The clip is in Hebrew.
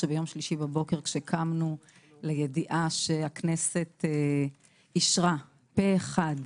שביום שלישי בבוקר כשקמנו לידיעה שהכנסת אישר פה אחד,